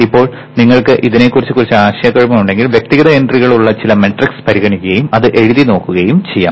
ഇപ്പോൾ നിങ്ങൾക്ക് ഇതിനെക്കുറിച്ച് കുറച്ച് ആശയക്കുഴപ്പമുണ്ടെങ്കിൽ വ്യക്തിഗത എൻട്രികളുള്ള ചില മാട്രിക്സ് പരിഗണിക്കുകയും അത് എഴുതി നോക്കുകയും ചെയ്യാം